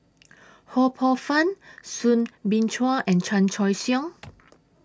Ho Poh Fun Soo Bin Chua and Chan Choy Siong